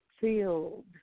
filled